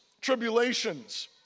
tribulations